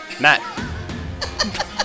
Matt